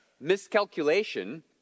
miscalculation